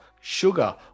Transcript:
Sugar